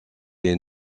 est